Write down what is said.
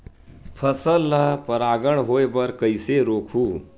फसल ल परागण होय बर कइसे रोकहु?